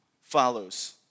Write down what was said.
follows